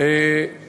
אדוני היושב-ראש,